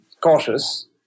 cautious